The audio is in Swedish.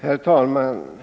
Herr talman!